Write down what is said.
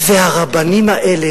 והרבנים האלה,